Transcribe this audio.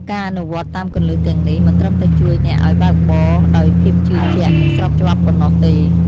ការអនុវត្តតាមគន្លឹះទាំងនេះ មិនត្រឹមតែជួយអ្នកឲ្យបើកបរដោយភាពជឿជាក់ និងស្របច្បាប់ប៉ុណ្ណោះទេ។